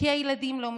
כי הילדים לא מתחסנים,